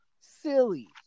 silly